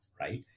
right